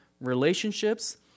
relationships